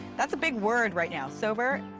that's a big word right now sober.